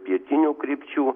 pietinių krypčių